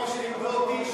כמו שלימדו אותי,